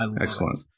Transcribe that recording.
Excellent